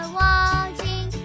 watching